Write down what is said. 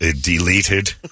deleted